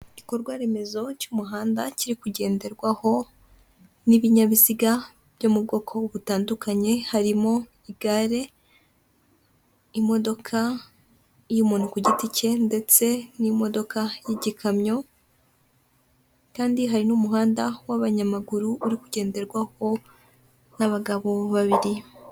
Igikorwa remezo cy'umuhanda, kiri kugenderwaho n'ibinyabiziga byo mu bwoko butandukanye, harimo igare, imodoka y'umuntu ku giti cye, ndetse n'imodoka y'igikamyo, kandi hari n'umuhanda w'abanyamaguru, uri kugenderwaho n'abagabo babiri.